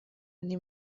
nti